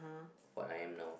what I'm now